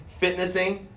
fitnessing